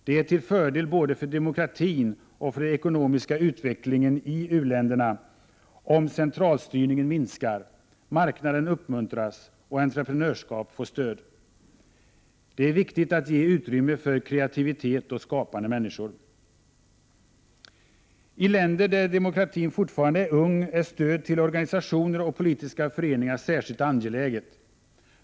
Det är till fördel både för demokratin och för den ekonomiska utvecklingen i u-länderna om centralstyrningen minskar, marknaden uppmuntras och entreprenörskap får stöd. Det är viktigt att ge utrymme för kreativitet och skapande människor. I länder där demokratin fortfarande är ung är stöd till organisationer och politiska föreningar särskilt angeläget.